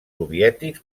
soviètics